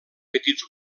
petits